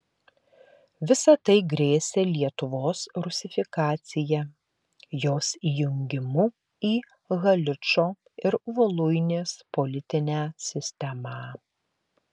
visa tai grėsė lietuvos rusifikacija jos įjungimu į haličo ir voluinės politinę sistemą